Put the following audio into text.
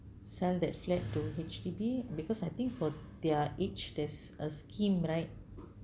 sell that fled to H_D_B because I think for their age there's a scheme right